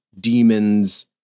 demons